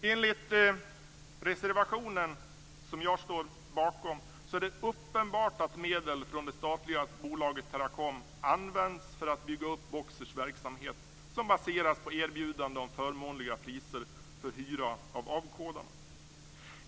Enligt den reservation jag står bakom är det uppenbart att medel från det statliga bolaget Teracom används för att bygga upp Boxers verksamhet, som baseras på erbjudanden om förmånliga priser för hyra av avkodarna.